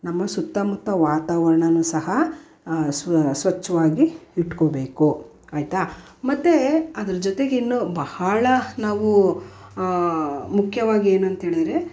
ನಮ್ಮ ಸುತ್ತಮುತ್ತ ವಾತಾವರ್ಣನೂ ಸಹ ಸ್ವಚ್ಛವಾಗಿ ಇಟ್ಕೋಬೇಕು ಆಯಿತಾ ಮತ್ತೆ ಅದರ ಜೊತೆಗಿನ್ನೂ ಬಹಳ ನಾವು ಮುಖ್ಯವಾಗಿ ಏನು ಅಂತ್ಹೇಳಿದ್ರೆ